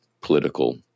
political